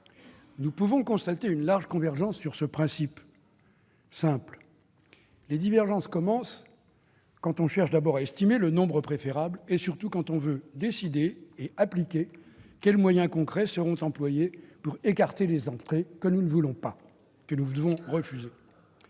Nous pouvons constater une large convergence sur ce principe simple. Les divergences apparaissent, d'abord quand on cherche à estimer le nombre préférable, et surtout quand on veut décider et appliquer les moyens concrets qui seront employés pour écarter les entrées dont nous ne voulons pas et que nous devons refuser.